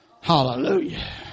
Hallelujah